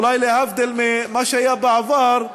אולי להבדיל ממה שהיה בעבר,